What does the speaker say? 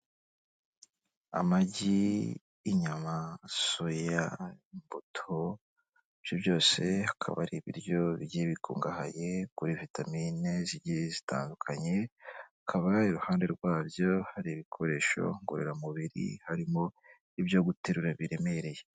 Amagi, inyama, soya, imbuto, ibyo byose akaba ari ibiryo bigiye bikungahaye kuri vitamine zigiye zitandukanye, akaba iruhande rwabyo hari ibikoresho ngororamubiri, harimo ibyo guterura biremereye.